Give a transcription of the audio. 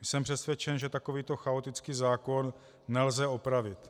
Jsem přesvědčen, že takovýto chaotický zákon nelze opravit.